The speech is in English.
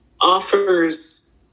offers